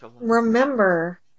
remember